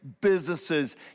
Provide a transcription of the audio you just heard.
businesses